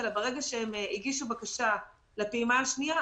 אלא ברגע שהם הגישו בקשה לפעימה השנייה,